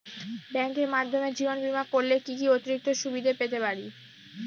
ব্যাংকের মাধ্যমে জীবন বীমা করলে কি কি অতিরিক্ত সুবিধে পেতে পারি?